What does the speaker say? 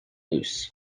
loose